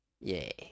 Yay